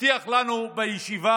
הבטיח לנו בישיבה.